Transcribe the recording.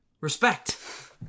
Respect